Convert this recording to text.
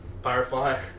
Firefly